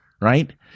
right